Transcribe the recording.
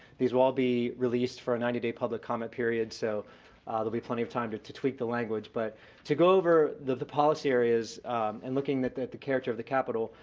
these will all be released for a ninety day public comment period, so there'll be plenty of time to to tweak the language. but to go over the the policy areas and looking at the the character of the capital,